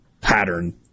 pattern